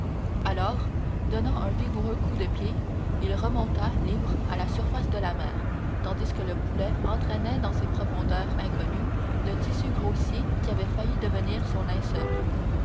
alors donnant un vigoureux coup de pied il remonta libre à la surface de la mer tandis que le boulet entraînait dans ses profondeurs inconnues le tissu grossier qui avait failli devenir son linceul